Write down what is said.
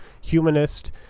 humanist